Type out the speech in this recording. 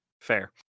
Fair